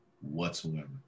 whatsoever